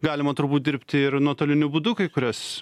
galima turbūt dirbti ir nuotoliniu būdu kai kurias